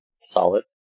Solid